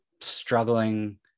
struggling